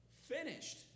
Finished